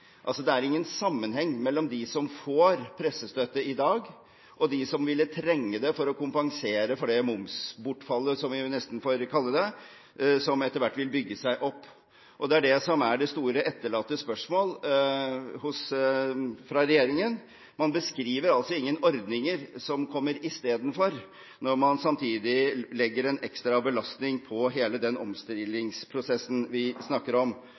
Det er ingen sammenheng mellom hvem som får pressestøtte i dag, og hvem som vil trenge det for å kompensere for det momsbortfallet, som vi nesten får kalle det, som etter hvert vil bygge seg opp. Det er det som er det store, etterlatte spørsmålet fra regjeringen: Man beskriver ingen ordninger som kommer istedenfor, når man legger en ekstra belastning på hele den omstillingsprosessen vi snakker om.